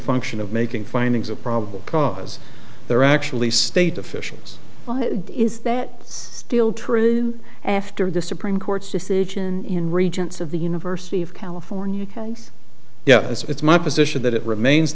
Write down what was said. function of making findings of probable cause they're actually state officials why is that still true after the supreme court's decision in regents of the university of california because yeah it's my position that it remains